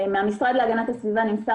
ממש